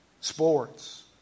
sports